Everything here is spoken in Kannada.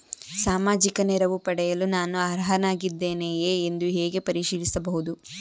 ಸಾಮಾಜಿಕ ನೆರವು ಪಡೆಯಲು ನಾನು ಅರ್ಹನಾಗಿದ್ದೇನೆಯೇ ಎಂದು ಹೇಗೆ ಪರಿಶೀಲಿಸಬಹುದು?